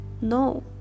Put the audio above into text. No